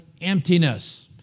emptiness